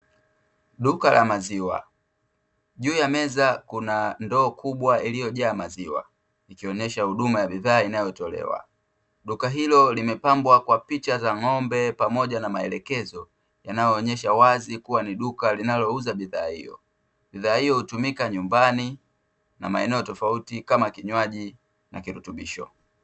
Duka la maziwa. Juu ya meza kuna ndoo kubwa iliyojaa maziwa, ikionyesha huduma ya bidhaa inayotolewa. Duka hilo limepambwa kwa picha za ng'ombe pamoja na maelekezo, yanayoonyesha wazi kuwa ni duka linalouza bidhaa hiyo. Bidhaa hiyo hutumika nyumbani na maeneo tofauti kama kinywaji na kirutubisho.